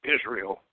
Israel